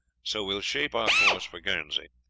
so we will shape our course for guernsey.